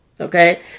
Okay